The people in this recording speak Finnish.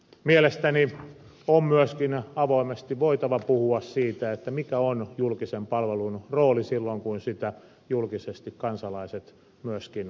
mielestäni on myöskin avoimesti voitava puhua siitä mikä on julkisen palvelun rooli silloin kun sitä julkisesti kansalaiset myöskin rahoittavat